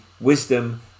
wisdom